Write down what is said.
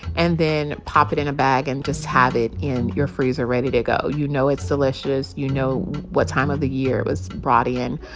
and then pop it in a bag and just have it in your freezer ready to go. you know it's delicious. you know what time of the year it was brought in.